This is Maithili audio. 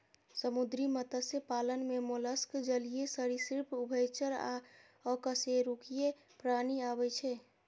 समुद्री मत्स्य पालन मे मोलस्क, जलीय सरिसृप, उभयचर आ अकशेरुकीय प्राणी आबै छै